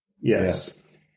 Yes